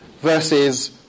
versus